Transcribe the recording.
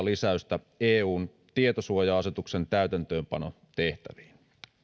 lisäystä eun tietosuoja asetuksen täytäntöönpanotehtäviin no